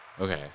Okay